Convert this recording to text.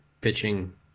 pitching